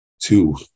two